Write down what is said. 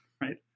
Right